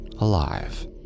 alive